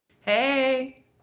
hey